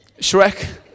Shrek